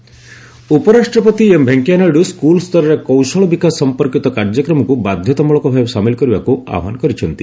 vice president ଉପରାଷ୍ଟ୍ରପତି M Venkaiah Naidu school ସ୍ତରରେ କୌଶଳ ବିକାଶ ସଂପର୍କିତ କାର୍ଯ୍ୟକ୍ରମକୁ ବାଧ୍ୟତାମୂଳକ ଭାବେ ସାମିଲ କରିବାକୁ ଆହ୍ପାନ କରିଛନ୍ତି